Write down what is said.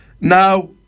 Now